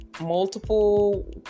multiple